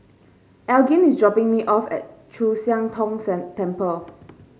Elgin is dropping me off at Chu Siang Tong Temple